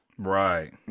right